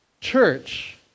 church